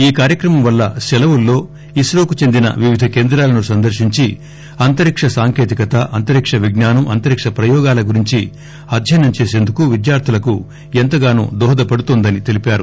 ఈ కార్యక్రమం వల్ల సెలవుల్లో ఇన్రోకు చెందిన వివిధ కేంద్రాలను సందర్పించి అంతరిక్ష సాంకేతికత అంతరిక్ష విజ్ఞానం అంతరిక్ష ప్రయోగాల గురించి అధ్యయనం చేసేందుకు విద్యార్లులకు ఎంతగానో దోహదపడుతోందని తెలిపారు